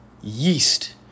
yeast